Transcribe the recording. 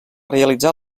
realitzar